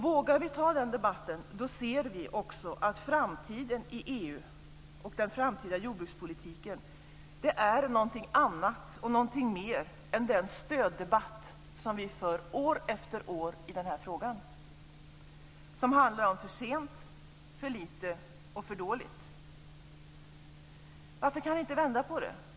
Vågar vi ta den debatten ser vi också att framtiden i EU och den framtida jordbrukspolitiken är någonting annat och någonting mer än den stöddebatt som vi för år efter år i denna fråga, som handlar om "för sent", "för lite" och "för dåligt". Varför kan ni inte vända på det?